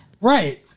Right